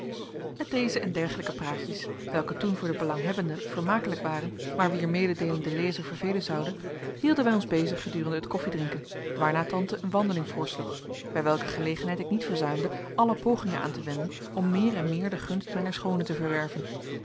met deze en dergelijke praatjes welke toen voor de belanghebbenden vermakelijk waren maar wier mededeeling den lezer vervelen zoude hielden wij ons bezig gedurende het koffiedrinken waarna tante een wandeling voorsloeg bij welke gelegenheid ik niet verzuimde alle pogingen aan te wenden om meer en meer de gunst mijner schoone te verwerven